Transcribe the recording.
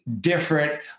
different